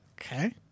Okay